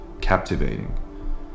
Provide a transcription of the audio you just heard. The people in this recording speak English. captivating